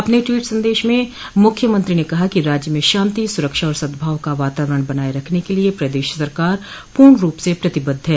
अपने ट्वीट संदश में मुख्यमंत्री ने कहा कि राज्य में शांति सुरक्षा आर सदभाव का वातावरण बनाये रखने के लिये प्रदेश सरकार पूर्ण रूप से प्रतिबद्ध है